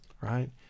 right